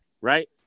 Right